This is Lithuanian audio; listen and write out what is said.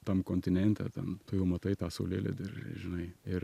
tam kontinente ten tu jau matai tą saulėlydį ir ir žinai ir